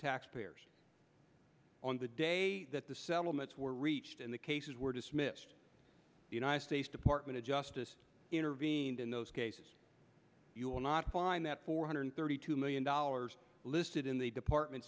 tab on the day that the settlements were reached in the cases were dismissed the united states department of justice intervened in those cases you will not find that four hundred thirty two million dollars listed in the department